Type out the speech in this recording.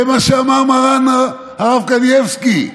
זה מה שאמר מרן הרב קניבסקי: